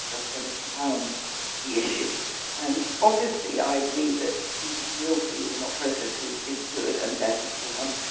just going to compound the issue and obviously i agree that eating real food and not processed food is good and better for one,